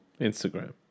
Instagram